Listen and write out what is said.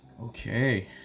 Okay